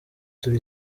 turi